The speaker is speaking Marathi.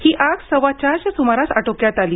ही आग सव्वा चारच्या सुमारास आटोक्यात आली